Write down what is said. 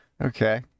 okay